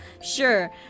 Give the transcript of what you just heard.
sure